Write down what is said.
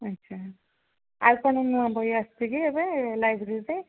ଆଛା ଆଉ କଣ ନୂଆ ବହି ଆସିଛି କି ଏବେ ଲାଇବ୍ରେରୀରେ